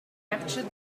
captured